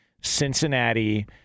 Cincinnati